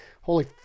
Holy